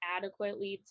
adequately